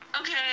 Okay